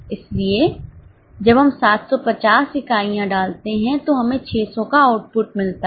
इसलिए जब हम 750 इकाइयां डालते हैं तो हमें 600 का आउटपुट मिलता है